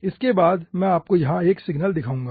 इसके बाद मैं आपको यहां 1 सिग्नल दिखाऊंगा